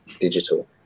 digital